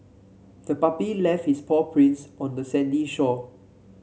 the puppy left its paw prints on the sandy shore